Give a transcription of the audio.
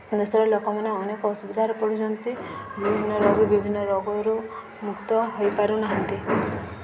ଦେଶର ଲୋକମାନେ ଅନେକ ଅସୁବିଧାରେ ପଡ଼ୁଛନ୍ତି ବିଭିନ୍ନ ରୋଗୀ ବିଭିନ୍ନ ରୋଗରୁ ମୁକ୍ତ ହୋଇପାରୁନାହାନ୍ତି